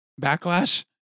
backlash